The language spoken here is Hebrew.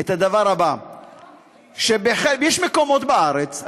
יש מקומות בארץ,